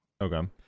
Okay